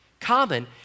common